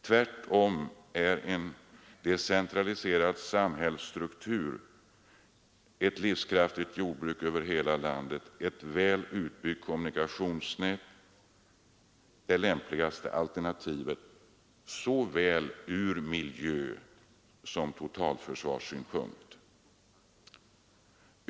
Tvärtom är en decentraliserad samhällsstruktur, ett livskraftigt jordbruk över hela landet och ett väl utbyggt kommunikationsnät det lämpligaste alternativet ur såväl miljösom totalförsvarssynpunkt.